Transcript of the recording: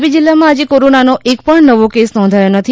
તાપી જીલ્લામાં આજે કોરોનાનો એકપણ નવો કેસ નોંધાયો નથી